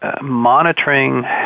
monitoring